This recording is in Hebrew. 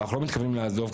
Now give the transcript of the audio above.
ואנחנו לא מתכוונים לעזוב,